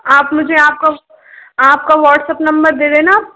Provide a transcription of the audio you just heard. आप मुझे आपका आपका वॉट्सऐप नंबर दे देना